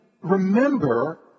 remember